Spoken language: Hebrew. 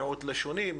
מיעוט לשוני,